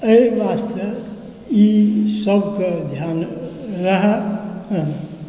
एहि वास्ते ई सबके ध्यान रहय